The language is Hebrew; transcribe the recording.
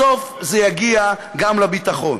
בסוף זה יגיע גם לביטחון.